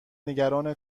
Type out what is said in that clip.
نگران